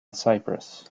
cyprus